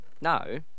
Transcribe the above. No